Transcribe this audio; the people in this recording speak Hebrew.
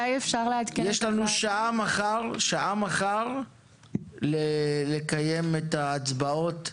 יש לנו מחר שעה לקיים את ההצבעות ולסיים.